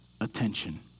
attention